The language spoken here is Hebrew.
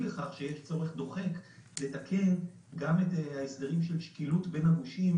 לכך שיש צורך דוחק לתקן גם את ההסדרים של שקילות בין הגושים